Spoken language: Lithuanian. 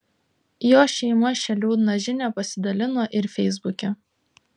jo šeima šia liūdna žinia pasidalino ir feisbuke